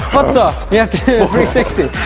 um and yeah sixty!